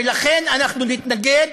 ולכן אנחנו נתנגד,